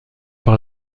par